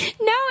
no